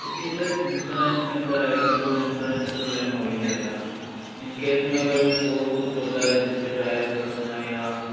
देखिए sir insurance के अंदर आएगी तो वो इन्शौरेन्स तो क्लेम हो ही जाएगा इन केस में अगर और कुछ होता है जैसे टायर फटना या